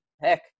heck